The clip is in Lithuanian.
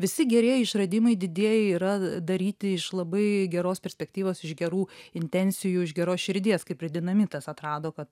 visi gerieji išradimai didieji yra daryti iš labai geros perspektyvos iš gerų intencijų iš geros širdies kaip ir dinamitas atrado kad